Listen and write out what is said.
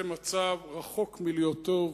זה מצב רחוק מלהיות טוב.